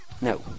no